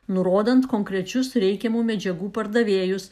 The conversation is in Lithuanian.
nurodant konkrečius reikiamų medžiagų pardavėjus